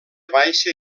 baixa